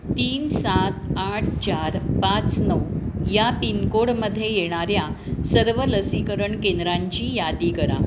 तीन सात आठ चार पाच नऊ या पिनकोडमध्ये येणाऱ्या सर्व लसीकरण केंद्रांची यादी करा